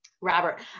Robert